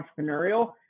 entrepreneurial